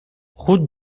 route